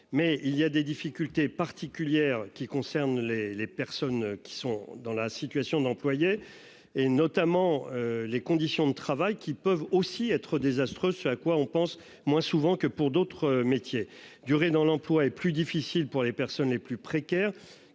mais il y a des difficultés particulières qui concerne les les personnes qui sont dans la situation d'employer et notamment les conditions de travail qui peuvent aussi être désastreux. Ce à quoi on pense moins souvent que pour d'autres métiers durée dans l'emploi est plus difficile pour les personnes les plus précaires